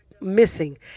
missing